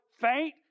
faint